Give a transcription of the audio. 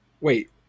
Wait